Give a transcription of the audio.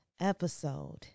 episode